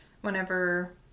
whenever